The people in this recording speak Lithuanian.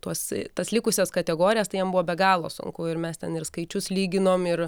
tuos tas likusias kategorijas tai jiem buvo be galo sunku ir mes ten ir skaičius lyginom ir